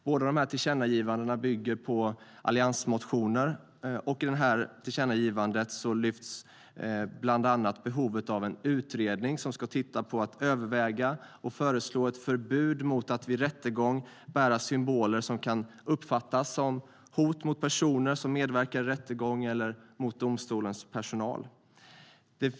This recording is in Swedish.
Båda dessa tillkännagivanden bygger på alliansmotioner. I detta tillkännagivande lyfter man bland annat fram behovet av en utredning som ska titta på att överväga och föreslå ett förbud mot att vid rättegång bära symboler som kan uppfattas som hot mot personer som medverkar i rättegången eller mot domstolens personal.